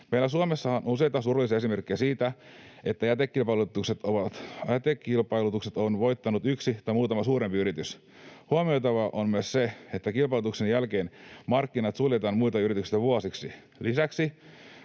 Meillä Suomessa on useita surullisia esimerkkejä siitä, että jätekilpailutukset on voittanut yksi tai muutama suurempi yritys. Huomioitavaa on myös se, että kilpailutuksen jälkeen markkinat suljetaan muilta yrityksiltä vuosiksi. Lisäksi